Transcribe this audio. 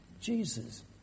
Jesus